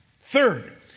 Third